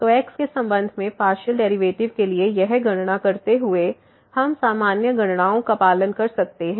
तो x के संबंध में पार्शियल डेरिवेटिव के लिए यह गणना करते हुए हम सामान्य गणनाओं का पालन कर सकते हैं